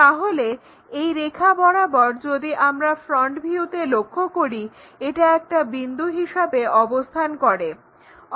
তাহলে এই রেখা বরাবর যদি আমরা ফ্রন্ট ভিউতে লক্ষ্য করি এটা একটা বিন্দু হিসাবে অবস্থান করবে